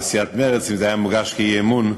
וסיעת מרצ אם זה היה מוגש כאי-אמון,